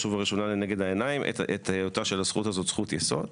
וראשונה נגד העיניים את היותה של הזכות הזאת זכות יסוד.